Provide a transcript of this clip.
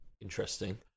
Interesting